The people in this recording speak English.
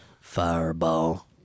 Fireball